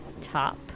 Top